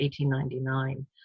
1899